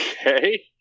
Okay